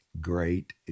great